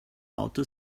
outer